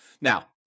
Now